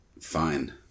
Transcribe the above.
fine